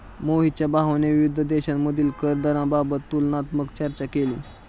मोहितच्या भावाने विविध देशांतील कर दराबाबत तुलनात्मक चर्चा केली